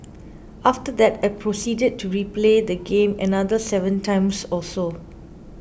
after that I proceeded to replay the game another seven times or so